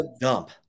Dump